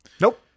nope